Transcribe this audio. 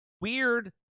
weird